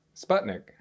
Sputnik